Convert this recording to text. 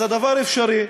אז הדבר אפשרי.